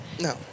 No